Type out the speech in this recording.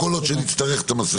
כל עוד שנצטרך את המסכות.